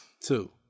Two